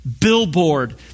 billboard